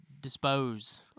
dispose